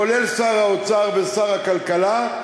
כולל שר האוצר ושר הכלכלה,